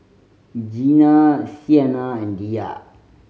Gina Siena and Diya